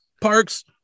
parks